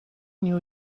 new